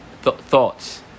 thoughts